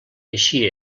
així